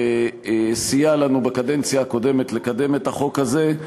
שסייע לנו בקדנציה הקודמת לקדם את החוק הזה.